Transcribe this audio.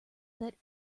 that